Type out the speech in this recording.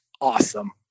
awesome